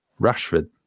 rashford